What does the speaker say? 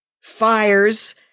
fires